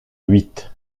huit